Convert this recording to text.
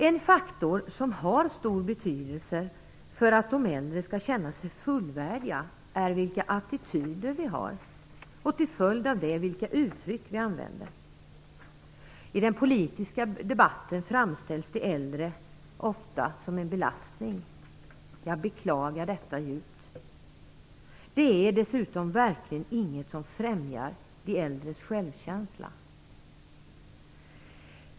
En faktor som har stor betydelse för att de äldre skall känna sig fullvärdiga är vilka attityder vi har och, till följd av det, vilka uttryck vi använder. I den politiska debatten framställs de äldre ofta som en belastning. Jag beklagar detta djupt. Det är dessutom verkligen inget som främjar de äldres självkänsla.